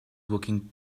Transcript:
walking